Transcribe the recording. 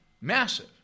massive